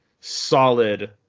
solid